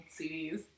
CDs